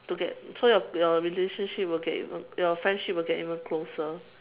to get so your your relationship will get even your friendship will get even closer